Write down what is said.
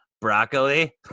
broccoli